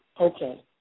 Okay